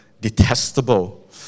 detestable